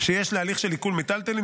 שיש להליך של עיקול מיטלטלין,